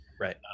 right